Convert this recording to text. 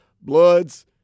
Bloods